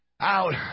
out